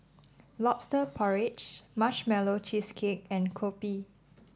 lobster porridge Marshmallow Cheesecake and kopi